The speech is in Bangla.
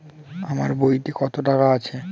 আমার বইতে কত টাকা আছে?